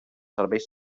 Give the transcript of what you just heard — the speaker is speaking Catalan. serveis